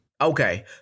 Okay